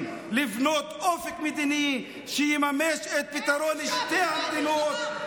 לבנות אופק מדיני שיממש את פתרון שתי המדינות.